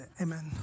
Amen